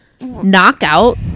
knockout